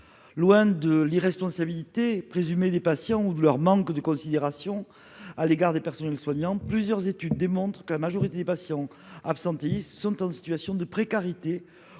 prétendue irresponsabilité des patients ou par un manque de considération à l'égard des soignants, plusieurs études démontrent que la majorité des patients absentéistes sont en situation de précarité